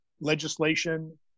legislation